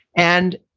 and